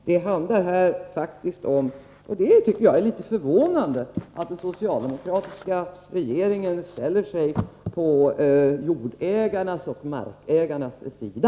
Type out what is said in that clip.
Det handlar faktiskt här om — och det tycker jag är litet förvånande — att den socialdemokratiska regeringen ställer sig på jordägarnas och markägarnas sida.